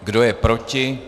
Kdo je proti?